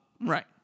Right